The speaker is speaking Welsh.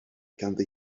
ganddi